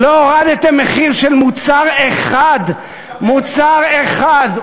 לא הורדתם מחיר של מוצר אחד, מוצר אחד.